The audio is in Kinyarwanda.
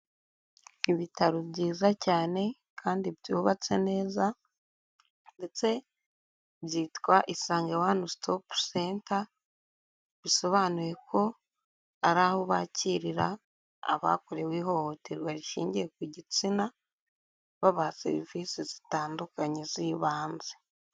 Ibitaro byiza cyane kandi byubatse neza, ndetse byitwa isange one stop center bisobanuye ko ari aho bakirira abakorewe ihohoterwa rishingiye ku gitsina babaha serivisi zitandukanye z'ibanze